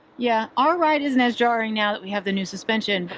yeah, our ride isn't as jarring now that we have the new suspension.